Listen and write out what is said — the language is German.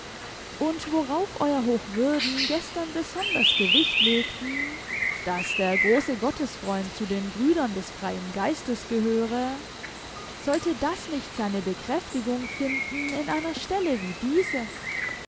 und worauf euer hochwürden gestern besonders gewicht legten daß der große gottesfreund zu den brüdern des freien geistes gehöre sollte das nicht seine bekräftigung finden in einer stelle wie diese